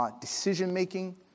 decision-making